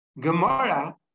Gemara